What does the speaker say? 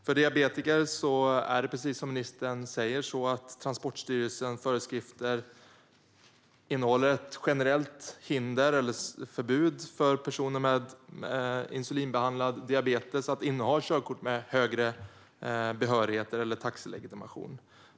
För diabetiker är det, precis som ministern säger, så att Transportstyrelsens föreskrifter innehåller ett generellt förbud för personer med insulinbehandlad diabetes att inneha högre körkortsbehörigheter eller taxilegitimation.